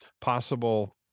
possible